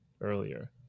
earlier